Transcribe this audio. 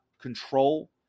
control